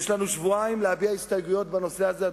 יש לנו שבועיים להביע הסתייגויות בנושא זה,